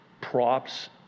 props